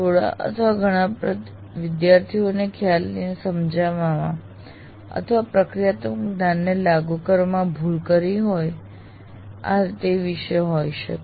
થોડા અથવા ઘણા વિદ્યાર્થીઓએ ખ્યાલોને સમજવામાં અથવા પ્રક્રિયાત્મક જ્ઞાનને લાગુ કરવામાં ભૂલ કરી હોય આ તે વિષે હોય શકે